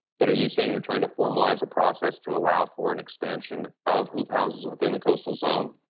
but are you saying you're trying to formalize a process to allow for an expansion of hoop houses within the coastal zone?